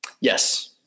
Yes